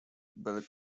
belek